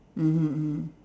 mmhmm mm